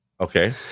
Okay